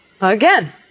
again